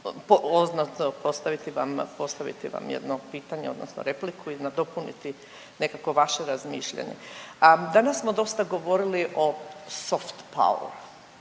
postaviti vam jedno pitanje odnosno repliku i nadopuniti nekako vaše razmišljanje. Danas smo dosta govorili o soft power,